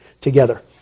together